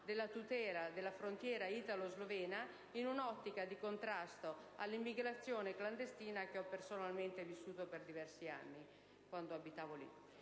della tutela della frontiera italo-slovena in un'ottica di contrasto all'immigrazione clandestina, che ho personalmente vissuto per diversi anni, quando abitavo lì.